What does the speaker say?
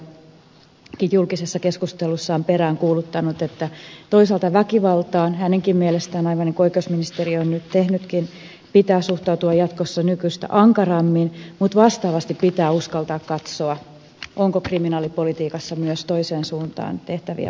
asianajajaliiton tuore puheenjohtaja on julkisissa keskusteluissaan peräänkuuluttanut että toisaalta väkivaltaan hänenkin mielestään aivan niin kuin oikeusministeriö on nyt tehnytkin pitää suhtautua jatkossa nykyistä ankarammin mutta vastaavasti pitää uskaltaa katsoa onko kriminalipolitiikassa myös toiseen suuntaan tehtäviä muutoksia